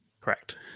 Correct